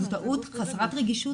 זו טעות חסרת רגישות,